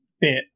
bit